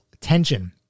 tension